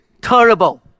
Terrible